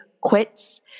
quits